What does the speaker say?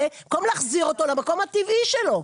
במקום להחזיר אותו למקום הטבעי שלו?